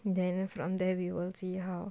then from there we will see how